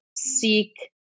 seek